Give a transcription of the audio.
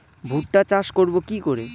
ভুট্টা চাষ করব কি করে?